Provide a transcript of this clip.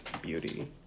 beauty